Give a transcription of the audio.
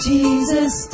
Jesus